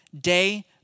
day